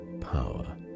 power